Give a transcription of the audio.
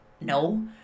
No